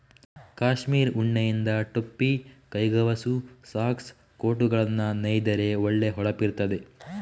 ಕಾಶ್ಮೀರ್ ಉಣ್ಣೆಯಿಂದ ಟೊಪ್ಪಿ, ಕೈಗವಸು, ಸಾಕ್ಸ್, ಕೋಟುಗಳನ್ನ ನೇಯ್ದರೆ ಒಳ್ಳೆ ಹೊಳಪಿರ್ತದೆ